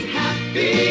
happy